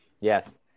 Yes